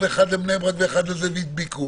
בארץ והדביקו